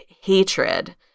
hatred